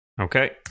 okay